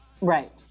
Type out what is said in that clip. Right